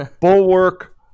Bulwark